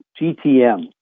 GTM